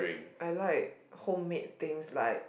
I like homemade things like